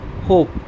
hope